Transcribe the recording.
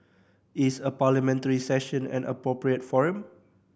is a Parliamentary Session an appropriate forum